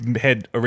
head